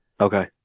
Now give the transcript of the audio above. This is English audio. Okay